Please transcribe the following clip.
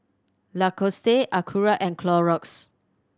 Lacoste Acura and Clorox